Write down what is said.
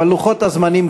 אבל לוחות הזמנים,